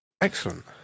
excellent